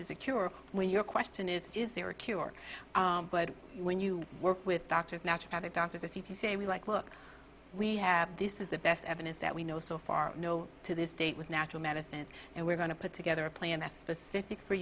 is a cure when your question is is there a cure but when you work with doctors nach other doctors as you say we like look we have this is the best evidence that we know so far no to this date with natural medicines and we're going to put together a plan that's specific for